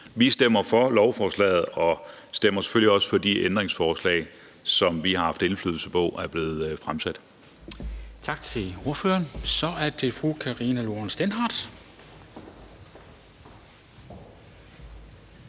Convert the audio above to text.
Vi stemmer for lovforslaget og stemmer selvfølgelig også for de ændringsforslag, som vi har haft indflydelse på er blevet stillet. Kl. 10:38 Formanden (Henrik